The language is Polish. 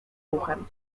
ruchem